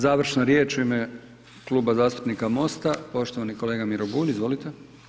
Završna riječ u ime Kluba zastupnika MOST-a, poštovani kolega Miro Bulj, izvolite.